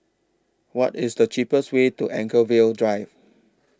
What IS The cheapest Way to Anchorvale Drive